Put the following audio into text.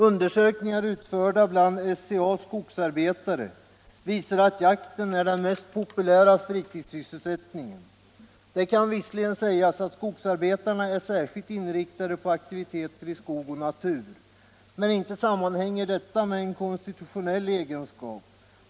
Undersökningar, utförda bland SCA:s skogsarbetare, visar att jakten är den mest populära sysselsättningen. Det kan visserligen sägas att skogsarbetarna är särskilt inriktade på aktiviteter i skog och natur, men inte sammanhänger detta med en konstitutionell egenskap.